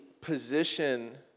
position